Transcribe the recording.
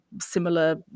similar